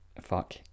fuck